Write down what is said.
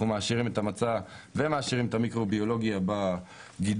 מעשירים את המצע ומעשירים את המיקרוביולוגיה בגידול,